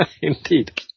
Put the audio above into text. indeed